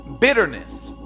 bitterness